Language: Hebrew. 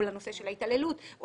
או ההתעללות,